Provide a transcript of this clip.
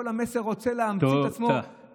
כל המסר, רוצה להמציא את עצמו, תודה.